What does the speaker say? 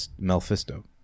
Mephisto